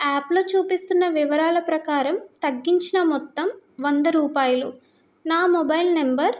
యాప్లో చూపిస్తున్న వివరాల ప్రకారం తగ్గించిన మొత్తం వంద రూపాయలు నా మొబైల్ నెంబర్